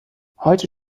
heute